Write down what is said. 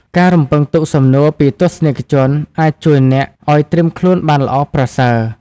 ការរំពឹងទុកសំណួរពីទស្សនិកជនអាចជួយអ្នកឱ្យត្រៀមខ្លួនបានល្អប្រសើរ។